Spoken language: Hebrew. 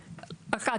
אחת,